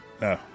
No